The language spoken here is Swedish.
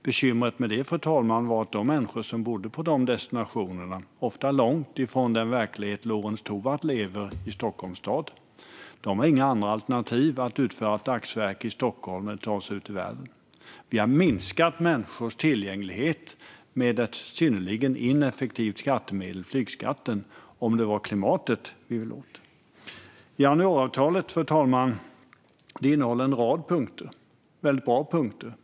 Bekymret med detta, fru talman, är att de människor som bor på de destinationerna, ofta långt från den verklighet som Lorentz Tovatt lever i här i Stockholm, inte har några alternativ när det gäller att utföra ett dagsverke i Stockholm eller att ta sig ut i världen. Vi har minskat människors tillgänglighet med ett synnerligen ineffektivt skattemedel - alltså flygskatten - om det var klimatet vi ville åt. Januariavtalet innehåller en rad väldigt bra punkter.